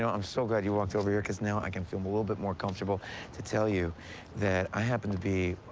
um so glad you walked over here because now i can feel a little bit more comfortable to tell you that i happen to be,